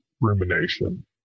rumination